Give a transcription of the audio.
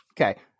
Okay